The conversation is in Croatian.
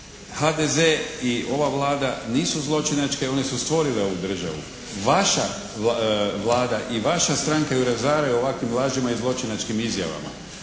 HDZ i ova Vlada nisu zločinačke, one su stvorile ovu državu. Vaša Vlada i vaša stranka ju razaraju ovakvim lažima i zločinačkim izjavama.